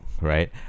right